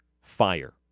fire